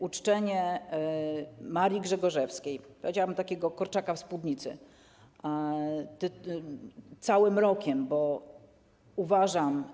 Uczczenie Marii Grzegorzewskiej, powiedziałabym takiego Korczaka w spódnicy, całym rokiem, bo uważam.